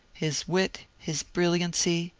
his wit, his brilliancy,